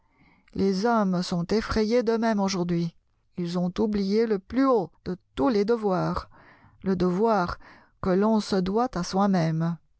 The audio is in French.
les hommes sont effrayés d'eux-mêmes aujourd'hui ils ont oublié le plus haut de tous les devoirs le devoir que l'on se doit à soi-même